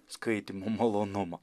skaitymo malonumą